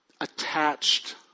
Attached